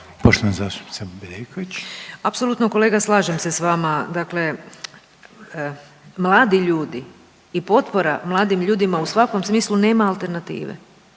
Vesna (HDZ)** Apsolutno kolega, slažem se s vama. Dakle mladi ljudi i potpora mladim ljudima u svakom smislu nema alternative.